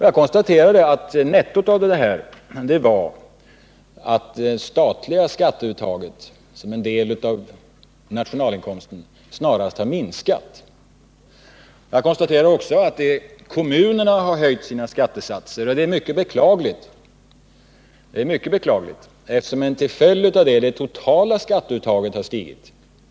Jag konstaterade att nettot av detta var att det statliga skatteuttaget, som en del av nationalinkomsten, snarast har minskat. Dessutom konstaterade jag att kommunerna har höjt sina skattesatser, vilket är mycket beklagligt eftersom det totala skatteuttaget har stigit till följd av detta.